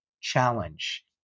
challenge